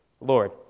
Lord